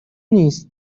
نیست